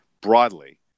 broadly